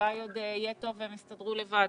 שאולי עוד יהיה טוב והם יסתדרו לבד.